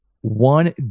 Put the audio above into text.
One